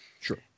Sure